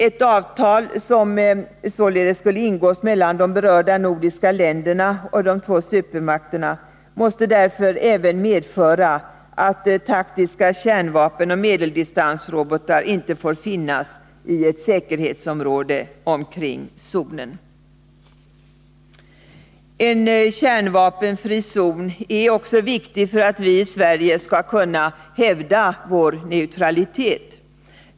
Ett avtal — som således skulle ingås mellan de berörda nordiska länderna och de två supermakterna — måste därför även medföra att taktiska kärnvapen och medeldistansrobotar inte får finnas i ett säkerhetsområde omkring zonen. En kärnvapenfri zon är alltså viktig för att vi i Sverige skall kunna hävda vår neutralitet.